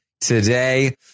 today